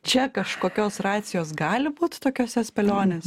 čia kažkokios racijos gali būt tokiose spėlionės